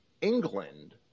England